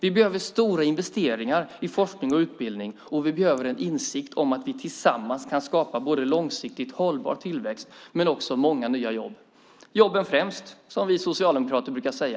Vi behöver stora investeringar i forskning och utbildning, och vi behöver en insikt om att vi tillsammans kan skapa både långsiktigt hållbar tillväxt och många nya jobb. Jobben främst, som vi socialdemokrater brukar säga.